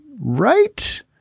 right